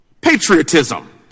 Patriotism